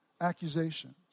Accusations